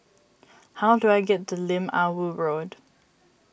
how do I get to Lim Ah Woo Road